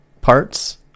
parts